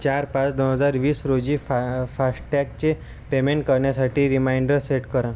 चार पाच दोन हजार वीस रोजी फा फास्टॅगचे पेमेंट करण्यासाठी रिमाइंडर सेट करा